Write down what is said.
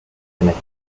connect